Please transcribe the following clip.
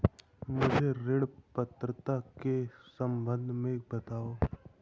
मुझे ऋण पात्रता के सम्बन्ध में बताओ?